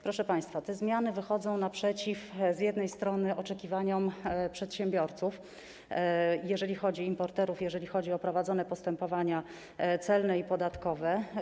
Proszę państwa, te zmiany wychodzą naprzeciw, z jednej strony, oczekiwaniom przedsiębiorców, jeżeli chodzi o importerów, jeżeli chodzi o prowadzone postępowania celne i podatkowe.